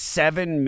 seven